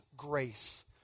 grace